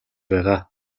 байгаа